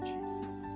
Jesus